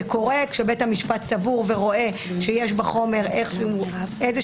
זה קורה כשבית המשפט רואה שיש בחומר דרך